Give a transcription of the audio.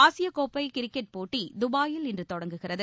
ஆசியக்கோப்பை கிரிக்கெட் போட்டிகள் தபாயில் இன்று தொடங்குகின்றது